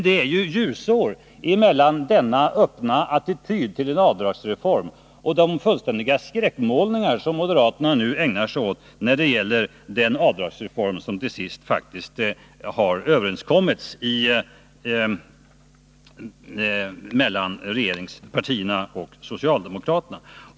Det är ju ljusår mellan denna öppna attityd till en avdragsreform och de fullständiga skräckmålningar moderaterna nu ägnar sig åt när det gäller den avdragsreform som till sist faktiskt har överenskommits mellan regeringspartierna och socialdemokraterna.